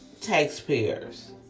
taxpayers